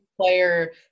player